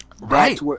Right